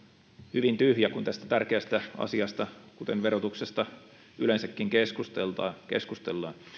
hyvin tyhjä kun tästä tärkeästä asiasta ja verotuksesta yleensäkin keskustellaan